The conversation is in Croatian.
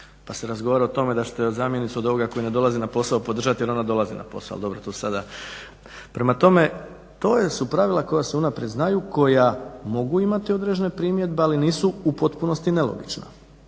da se razgovara o tome da ćete zamjenicu od ovoga koji ne dolazi na posao podržati jer ona dolazi na posao, ali dobro to su sada. Prema tome to su pravila koja se unaprijed znaju, koja mogu imati određene primjedbe, ali nisu u potpunosti nelogična,